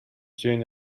dzień